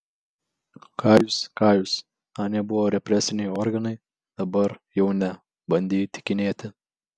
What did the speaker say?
ką jūs ką jūs anie buvo represiniai organai dabar jau ne bandė įtikinėti